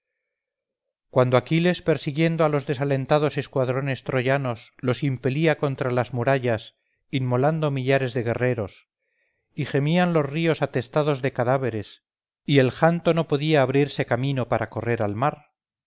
cuando aquiles persiguiendo a los desalentados escuadrones troyanos los impelía contra las murallas inmolando millares de guerreros y gemían los ríos atestados de cadáveres y el janto no podía abrirse camino para correr al mar